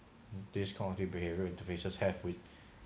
this cognitive behavior interfaces have with